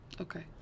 Okay